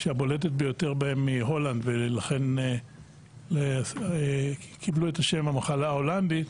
שהבולטת ביותר בהן היא הולנד ולכן קיבלו את השם המחלה ההולנדית.